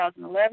2011